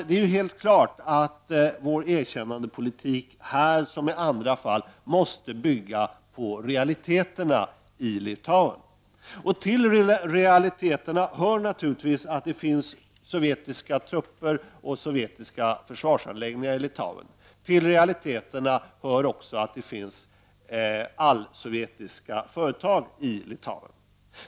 Det är ju helt klart att vår erkännandepolitik, här som i andra fall, måste bygga på realiteterna i Litauen. Till realiteterna hör naturligtvis att det finns sovjetiska trupper och sovjetiska försvarsanläggningar i Litauen. Till realiteterna hör också att det finns allsovjetiska företag i Litauen.